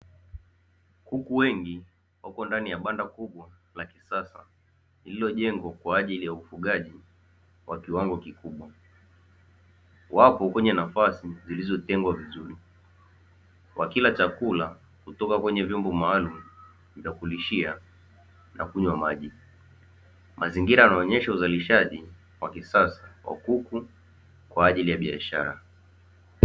Kuku wengi wapo ndani ya banda kubwa la kisasa lililo jengwa kwa ajili ya ufugaji wa kiwango kikubwa, wapo kwenye nafasi zilizotengwa vizuri wakila chakula kutoka kwenye vyombo maalumu vya kulishia na kunywa maji. Mazingira yanaonyesha uzalishaji wa kisasa wakuku kwa ajili ya biashara.